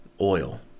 oil